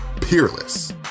peerless